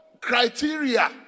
criteria